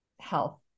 health